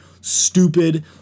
stupid